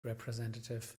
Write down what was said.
representative